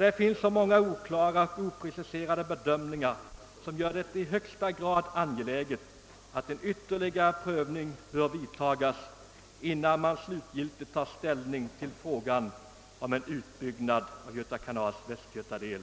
Det finns måpga oklara bedömningar som gör det i högsta grad angeläget att en ytterligare prövning kommer till stånd innan man slutgiltigt tar ställning till frågan om en utbyggnad av Göta kanals västgötadel.